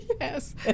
Yes